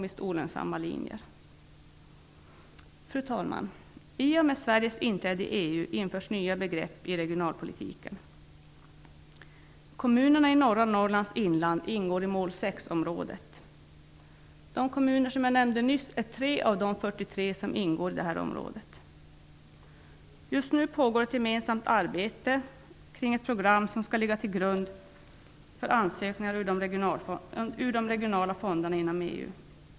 I och med Sveriges inträde i EU införs nya begrepp i regionalpolitiken. Kommunerna i norra Norrlands inland ingår i mål 6-området. De kommuner som jag nämnde nyss är tre av de fyrtiotre som ingår i det området. Just nu pågår ett gemensamt arbete kring ett program som skall ligga till grund för ansökningar ur de regionala fonderna inom EU.